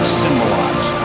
symbolize